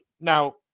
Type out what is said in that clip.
Now